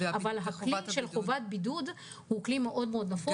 אבל הכלי של חובת בידוד הוא כלי מאוד מאוד נפוץ.